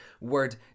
word